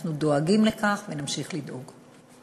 אנחנו דואגים לכך ונמשיך לדאוג.